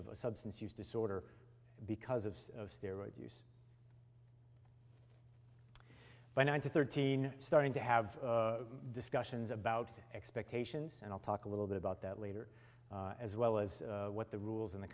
of a substance use disorder because of steroids use by nine to thirteen starting to have discussions about expectations and i'll talk a little bit about that later as well as what the rules and the